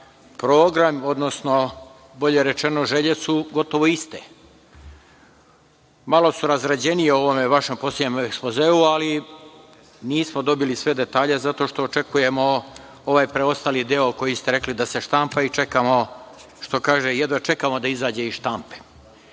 program, odnosno, bolje rečeno, želje su gotovo iste. Malo su razrađenije u ovom vašem poslednjem ekspozeu, ali nismo dobili sve detalje, zato što očekujemo ovaj preostali deo koji ste rekli da se štampa i čekamo, što kaže, jedva čekamo da izađe iz štampe. Ali,